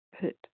put